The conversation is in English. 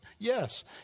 Yes